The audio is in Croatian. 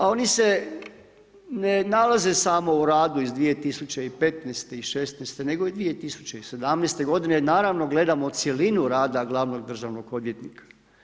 Oni se ne nalaze samo u radu iz 2015. i '16. nego i 2017. godine, naravno gledamo cjelinu rada glavnog državnog odvjetnika.